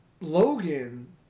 Logan